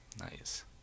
Nice